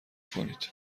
کنید